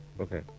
Okay